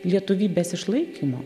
lietuvybės išlaikymo